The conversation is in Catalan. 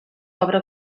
obra